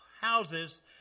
houses